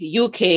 UK